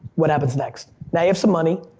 what happens next? now you have some money.